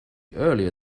earlier